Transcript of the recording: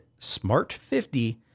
SMART50